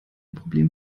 problem